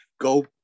go